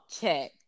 check